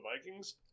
Vikings